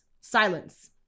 Silence